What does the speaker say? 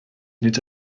nid